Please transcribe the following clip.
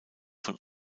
von